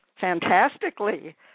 fantastically